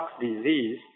disease